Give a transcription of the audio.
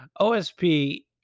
OSP